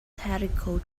tactical